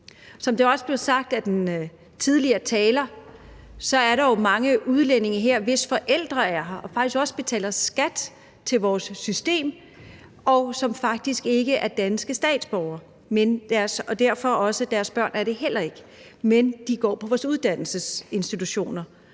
Som det også er blevet sagt af den tidligere taler, er der jo mange udlændinge her, hvis forældre er her, og som faktisk også betaler skat til vores system, og som faktisk ikke er danske statsborgere, og det er deres børn derfor heller ikke, men de går på vores uddannelsesinstitutioner.